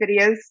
videos